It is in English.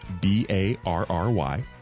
B-A-R-R-Y